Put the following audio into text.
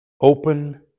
open